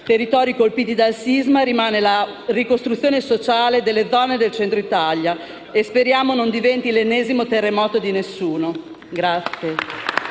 territori colpiti dal sisma rimane comunque la ricostruzione sociale delle zone delle Centro Italia; speriamo che non diventi l'ennesimo terremoto di nessuno.